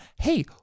hey